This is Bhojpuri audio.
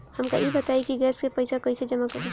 हमका ई बताई कि गैस के पइसा कईसे जमा करी?